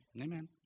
Amen